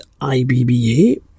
IBBA